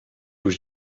was